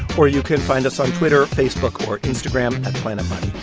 or you can find us on twitter, facebook or instagram at planetmoney.